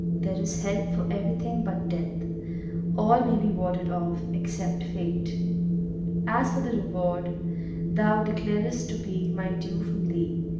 there is help for everything but death all may be warded off, except fate as for the reward thou declarest to be my due from thee,